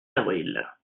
avril